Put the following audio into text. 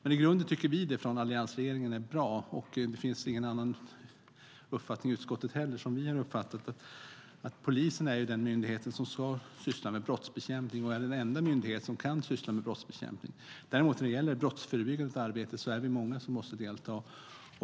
I grunden tycker vi från alliansregeringen att det är bra, och det finns som vi har uppfattat det ingen annan uppfattning i utskottet heller. Polisen är den myndighet som ska syssla med brottsbekämpning, och det är även den enda myndighet som kan syssla med brottsbekämpning. Vad gäller brottsförebyggande arbete är vi däremot många som måste delta.